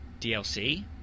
DLC